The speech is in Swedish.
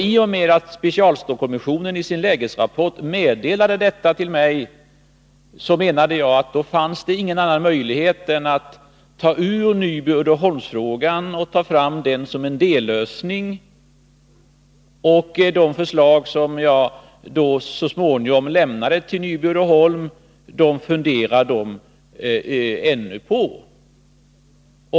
I och med att specialstålskommissionen i sin lägesrapport meddelade mig detta, ansåg jag att det inte fanns någon annan möjlighet än att bryta ut Nyby-Uddeholmsfrågan och söka komma fram till en dellösning av den. Det förslag som jag så småningom lämnade till Nyby Uddeholm funderar företaget på nu.